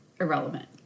irrelevant